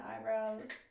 eyebrows